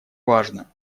важно